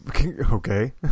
okay